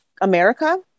America